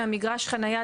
ממגרש החניה,